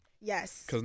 Yes